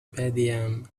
بدیم